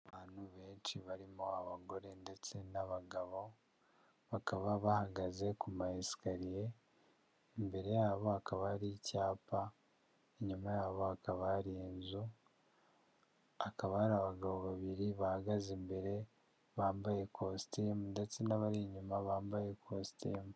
Abantu benshi barimo abagore ndetse n'abagabo, bakaba bahagaze ku mayesikariye, imbere yabo hakaba hari icyapa, inyuma yabo hakaba hari inzu, hakaba hari abagabo babiri bahagaze imbere, bambaye kositimu ndetse n'abari inyuma bambaye kositimu.